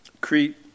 Crete